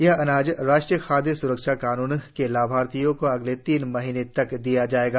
यह अनाज राष्ट्रीय खाद्य स्रक्षा कानून के लाभार्थियों को अगले तीन महीने तक दिया जाएगा